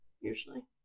usually